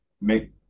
make